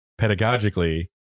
pedagogically